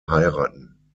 heiraten